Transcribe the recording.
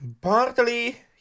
partly